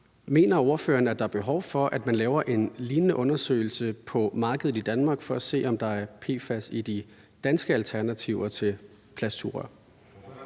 Mener ordføreren, at der er behov for, at man laver en lignende undersøgelse på markedet i Danmark for at se, om der er PFAS i de danske alternativer til plastiksugerør?